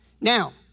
Now